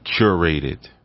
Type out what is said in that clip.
curated